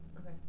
Okay